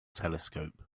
telescope